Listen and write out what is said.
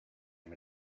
him